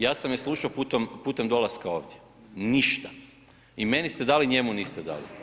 Ja sam je slušao putem dolaska ovdje, ništa i meni ste dali, njemu niste dali.